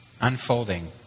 unfolding